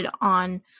on